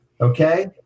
okay